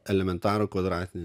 elementarų kvadratinį